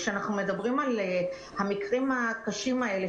כשאנחנו מדברים על המקרים הקשים האלה,